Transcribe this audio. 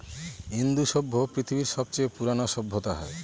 ইন্দু সভ্য পৃথিবীর সবচেয়ে পুরোনো সভ্যতা হয়